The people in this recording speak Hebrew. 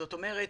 זאת אומרת,